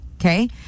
okay